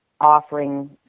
offering